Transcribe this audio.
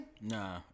nah